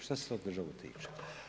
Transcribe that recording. Što se to državu tiče.